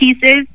pieces